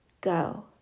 go